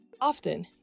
Often